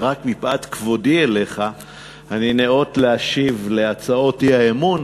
שרק מפאת כבודי אליך אני ניאות להשיב על הצעות האי-אמון,